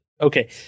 Okay